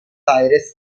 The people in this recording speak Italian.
aires